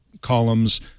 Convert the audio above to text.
columns